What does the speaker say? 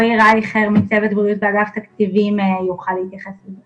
רועי רייכר מצוות בריאות באגף תקציבים יוכל להתייחס לזה.